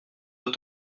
doit